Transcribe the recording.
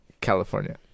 California